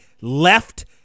left